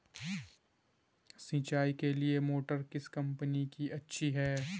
सिंचाई के लिए मोटर किस कंपनी की अच्छी है?